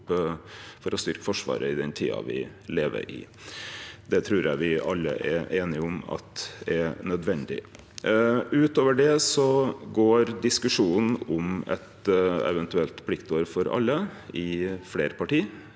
og styrkje Forsvaret i den tida me lever i. Det trur eg me alle er einige om at er nødvendig. Ut over det går diskusjonen om eit eventuelt pliktår for alle i fleire parti.